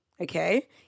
Okay